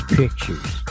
pictures